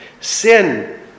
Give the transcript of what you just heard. sin